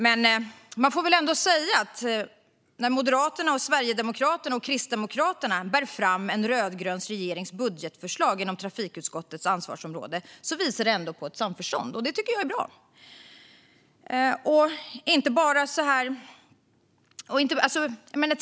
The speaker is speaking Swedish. Men när Moderaterna, Sverigedemokraterna och Kristdemokraterna bär fram en rödgrön regerings budgetförslag på trafikutskottets ansvarsområde visar det ändå på ett samförstånd, och det tycker jag är bra.